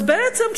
אז בעצם,